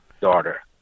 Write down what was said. daughter